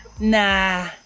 Nah